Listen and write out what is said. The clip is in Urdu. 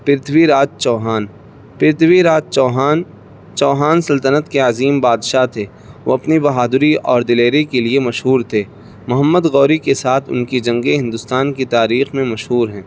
پرتھوی راج چوہان پرتھوی راج چوہان چوہان سلطنت کے عظیم بادشاہ تھے وہ اپنی بہادری اور دلیری کے لیے مشہور تھے محمد غوری کے ساتھ ان کی جنگیں ہندوستان کی تاریخ میں مشہور ہیں